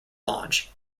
launch